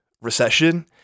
recession